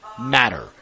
matter